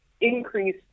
increase